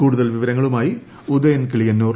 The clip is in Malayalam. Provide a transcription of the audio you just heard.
കൂടുതൽ വിവരങ്ങളുമായി ഉദയകിളിയന്നൂർ